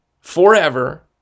Forever